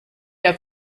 der